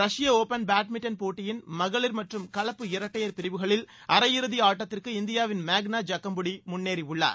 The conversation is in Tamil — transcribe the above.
ரஷ்ப ஒபன் பேட்மிண்டன் போட்டியின் மகளிர் மற்றும் கலப்பு இரட்டையர் பிரிவுகளில் அரையிறுதி ஆட்டத்திற்கு இந்தியாவின் மேகனா ஜக்கம்புடி முன்னேறியுள்ளார்